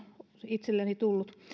itselleni tullut